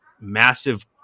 massive